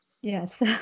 Yes